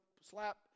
Slap